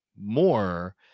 more